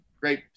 great